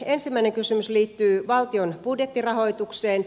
ensimmäinen kysymys liittyy valtion budjettirahoitukseen